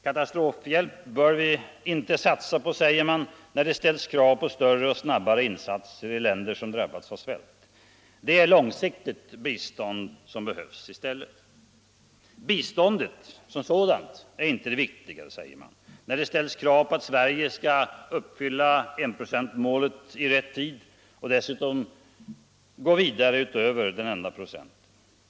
Katastrofhjälp bör vi inte satsa på, säger man, när det ställs krav på större och snabbare insatser i länder som drabbas av svält. Det är långsiktigt bistånd som behövs i stället. Biståndet som sådant är inte det viktiga, säger man, när det ställs krav på att Sverige skall uppfylla enprocentsmålet i rätt tid och dessutom gå vidare utöver denna enda procent.